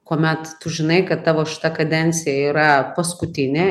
kuomet tu žinai kad tavo šita kadencija yra paskutinė